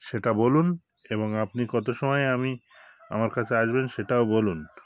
সেটা বলুন এবং আপনি কত সময়ে আমি আমার কাছে আসবেন সেটাও বলুন